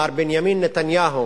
מר בנימין נתניהו